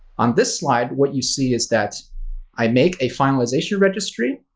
on this slide, what you see is that i make a finalizationregistry,